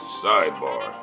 sidebar